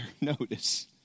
notice